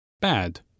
bad